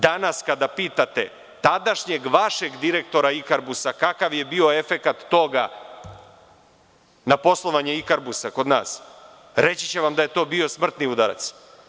Danas kada pitate tadašnjeg vašeg direktora „Ikarbusa“ kakav je bio efekat toga na poslovanje „Ikarbusa“ kod nas, reći će vam da je to bio smrtni udarac.